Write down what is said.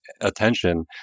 attention